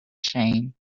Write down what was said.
shame